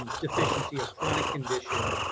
deficiency of chronic condition